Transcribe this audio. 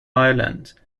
islands